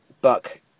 Buck